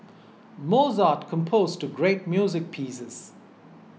Mozart composed great music pieces